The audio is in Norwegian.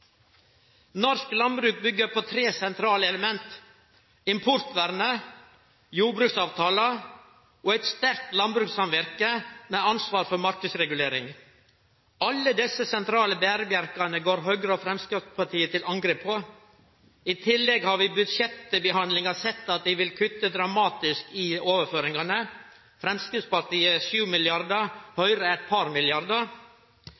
Norsk landbruk byggjer på tre sentrale element: importvernet, jordbruksavtalen og eit sterkt landbrukssamvirke med ansvar for marknadsregulering. Alle desse sentrale berebjelkane går Høgre og Framstegspartiet til angrep på. I tillegg har vi ved budsjettbehandlinga sett at dei vil kutte dramatisk i overføringane – Framstegspartiet med 7 mrd. kr og Høgre med eit par milliardar.